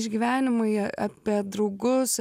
išgyvenimai apie draugus